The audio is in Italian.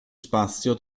spazio